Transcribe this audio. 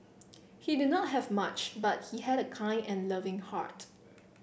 he did not have much but he had a kind and loving heart